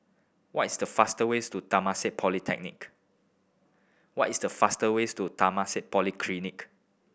what is the faster ways to Temasek Polytechnic what is the faster ways to Temasek Polytechnic